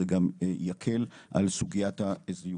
זה גם יקל על סוגיית הזיופים.